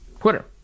Twitter